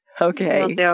Okay